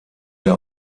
der